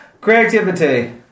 Creativity